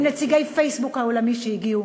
עם נציגי פייסבוק העולמי שהגיעו,